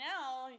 now